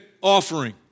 offering